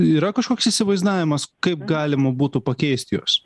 yra kažkoks įsivaizdavimas kaip galima būtų pakeist juos